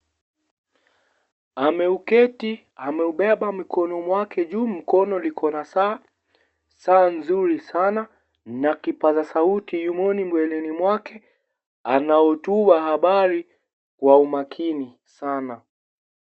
Ameuketi, ameubeba mkono wake juu, mkono liko na saa, saa nzuri sana na kipaza sauti yumoni mwongoni mwake, anahutuba habari kwa umakini sana.